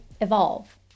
evolve